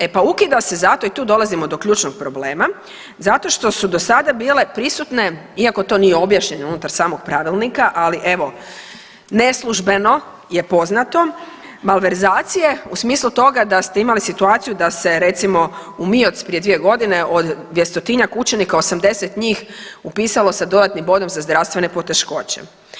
E pa ukida se zato i tu dolazimo do ključnog problema, zato što su do sada bile prisutne iako to nije objašnjeno unutar samog pravilnika ali evo neslužbeno je poznato, malverzacije u smislu toga da ste imali situaciju da se recimo u MIOC prije 2 godine od 200-tinjak učenika 80 njih upisalo sa dodatnim bodom za zdravstvene poteškoće.